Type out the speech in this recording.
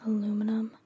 Aluminum